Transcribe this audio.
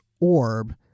orb